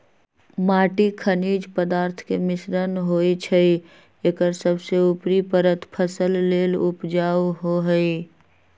माटी खनिज पदार्थ के मिश्रण होइ छइ एकर सबसे उपरी परत फसल लेल उपजाऊ होहइ